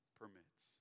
permits